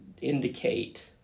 indicate